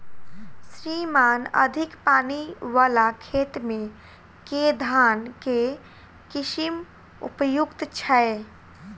श्रीमान अधिक पानि वला खेत मे केँ धान केँ किसिम उपयुक्त छैय?